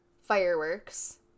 Fireworks